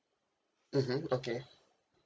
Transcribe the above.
mmhmm okay